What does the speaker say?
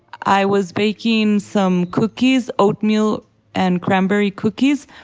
i was baking some cookies oatmeal and cranberry cookies,